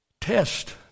test